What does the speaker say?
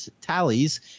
tallies